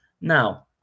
Now